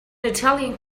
italian